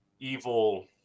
evil